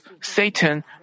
Satan